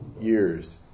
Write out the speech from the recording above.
years